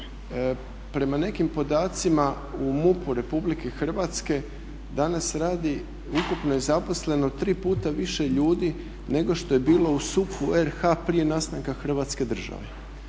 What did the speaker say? Prema nekim podacima u MUP-u Republike Hrvatske danas radi, ukupno je zaposleno 3 puta više ljudi nego što je bilo u …/Govornik se ne razumije./… RH prije nastanka Hrvatske države.